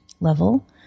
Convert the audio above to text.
level